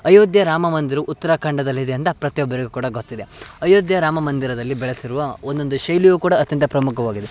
ಅಯೋಧ್ಯೆ ರಾಮ ಮಂದಿರವು ಉತ್ತರಾಖಂಡದಲ್ಲಿದೆ ಅಂತ ಪ್ರತಿಯೊಬ್ಬರಿಗೂ ಕೂಡ ಗೊತ್ತಿದೆ ಅಯೋಧ್ಯೆ ರಾಮ ಮಂದಿರದಲ್ಲಿ ಬೆಳೆಸಿರುವ ಒಂದೊಂದು ಶೈಲಿಯೂ ಕೂಡ ಅತ್ಯಂತ ಪ್ರಮುಖವಾಗಿದೆ